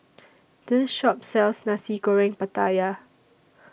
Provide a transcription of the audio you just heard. This Shop sells Nasi Goreng Pattaya